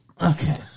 Okay